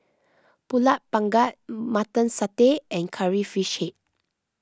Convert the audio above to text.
Pulut Panggang Mutton Satay and Curry Fish Head